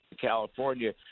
California